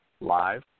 live